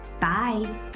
Bye